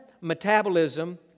metabolism